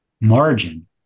margin